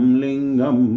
lingam